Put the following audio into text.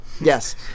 yes